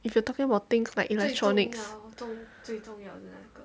if you are talking about things like electronics 动最重要的